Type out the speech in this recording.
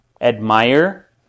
admire